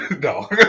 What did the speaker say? No